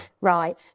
right